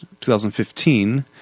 2015